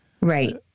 Right